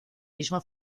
mismo